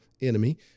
enemy